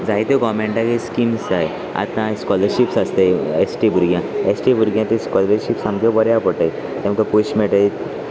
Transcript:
जायत्यो गोवमेंटाके स्किम्स जाय आतां स्कॉलरशीप आसताय एस टी भुरग्यां एस टी भुरग्यांक ते स्कॉलरशीपस सामको बऱ्या पडटाय तेमकां पयशे मेळटाय